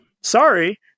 Sorry